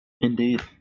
Indeed